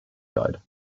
guide